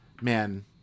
man